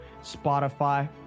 Spotify